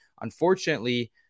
unfortunately